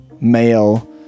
male